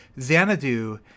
Xanadu